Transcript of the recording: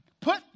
put